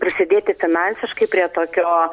prisidėti finansiškai prie tokio